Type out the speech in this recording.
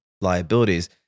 liabilities